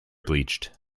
bleached